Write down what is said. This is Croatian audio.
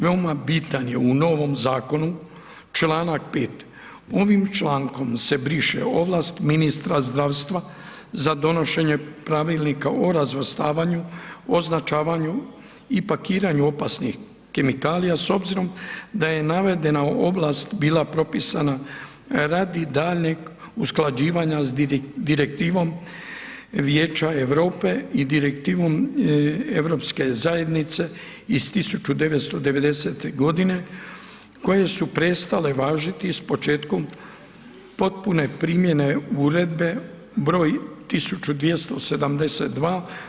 Veoma bitan je u novom zakonu čl. 5. Ovim člankom se briše ovlast ministra zdravstva za donošenje Pravilnika o razvrstavanju, označavanju i pakiranju opasnih kemikalija s obzirom da je navedena ovlast bila propisana radi daljnjeg usklađivanja s direktivom Vijeća Europe i direktivom Europske zajednice iz 1990.g. koje su prestale važiti s početkom potpune primjene Uredbe br. 1272/